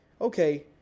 okay